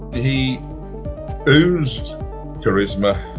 he oozed charisma,